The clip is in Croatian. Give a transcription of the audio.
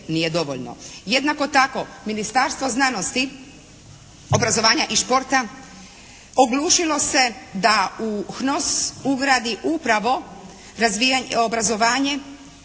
Jednako tako Ministarstvo znanosti, obrazovanja i športa oglušilo se da u HNOS ugradi upravo obrazovanje i razvijanje